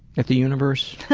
at the universe?